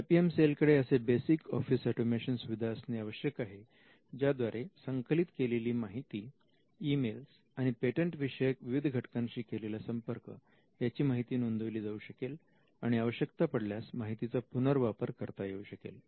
I P M cell कडे असे basic office automation सुविधा असणे आवश्यक आहे ज्याद्वारे संकलित केलेली माहिती इमेल्स आणि पेटंट विषयक विविध घटकांशी केलेला संपर्क याची माहिती नोंदविली जाऊ शकेल आणि आवश्यकता पडल्यास माहितीचा पुनर्वापर करता येऊ शकेल